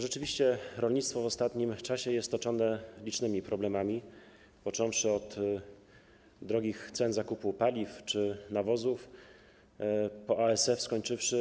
Rzeczywiście rolnictwo w ostatnim czasie zmaga się z licznymi problemami - począwszy od wysokich cen zakupu paliw czy nawozów, na ASF skończywszy.